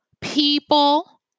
people